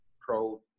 pro